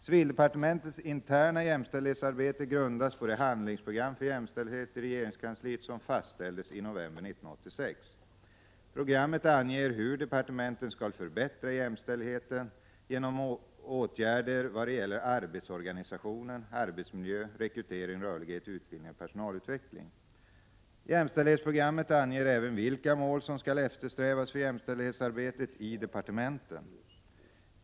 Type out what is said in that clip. Civildepartementets interna jämställdhetsarbete grundas på det handlingsprogram för jämställdhet i regeringskansliet som fastställdes i november 1986. Programmet anger hur departementen skall förbättra jämställdheten genom åtgärder i fråga om arbetsorganisation, arbetsmiljö, rekrytering, rörlighet, utbildning och personalutveckling. Jämställdhetsprogrammet anger även vilka mål som skall eftersträvas för jämställdhetsarbetet i departementen.